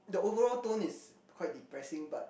the overall tone is quite depressing but